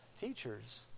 teachers